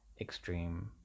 extreme